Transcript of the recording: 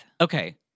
Okay